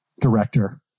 director